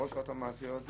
או ראש רת"א מאשר את זה,